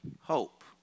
Hope